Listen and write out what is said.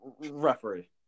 referee